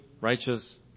righteous